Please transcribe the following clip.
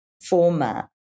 format